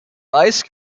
ice